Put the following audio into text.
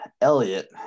Elliot